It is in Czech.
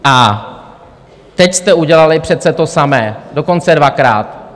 A teď jste udělali přece to samé, dokonce dvakrát.